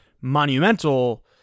monumental